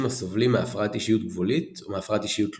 הסובלים מהפרעת אישיות גבולית או מהפרעת אישיות תלותית.